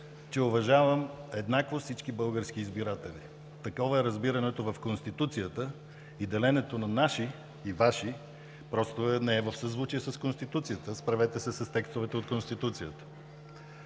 че уважавам еднакво всички български избиратели. Такова е разбирането в Конституцията и деленето на „Ваши“ и „наши“ не е в съзвучие с Конституцията. Справете се с текстовете от Конституцията.